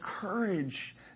courage